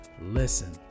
listen